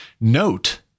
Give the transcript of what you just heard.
Note